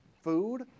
food